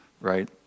right